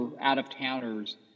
out-of-towners